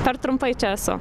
per trumpai čia esu